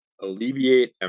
alleviate